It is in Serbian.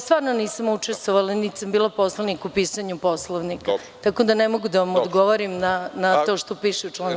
Stvarno nisam učestvovala, niti sam bila poslanik u pisanju Poslovnika, tako da ne mogu da vam odgovorim na to što piše u članu 104.